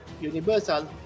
Universal